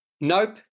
Nope